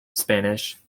spanish